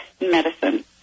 medicine